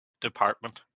department